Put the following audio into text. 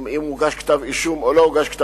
אם הוגש כתב-אישום או לא.